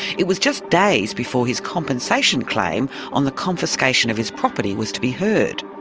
it was just days before his compensation claim on the confiscation of his property was to be heard.